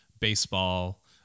baseball